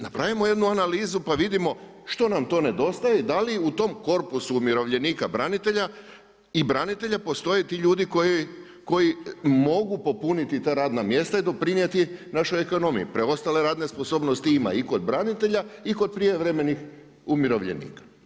Napravimo jednu analizu pa vidimo što nam to nedostaje i da li u tom korpusu umirovljenika i branitelja postoje ti ljudi koji mogu popuniti ta radna mjesta i doprinijeti našoj ekonomiji, preostale radne sposobnosti ima, i kod branitelja i kod prijevremenih umirovljenika.